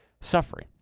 suffering